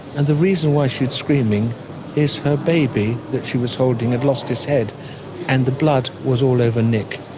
and the reason why she was screaming is her baby that she was holding had lost his head and the blood was all over nick.